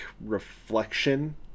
reflection